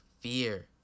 fear